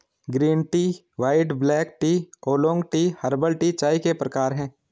green tea white black tea oolong tea herbal tea चाय के प्रकार है